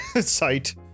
site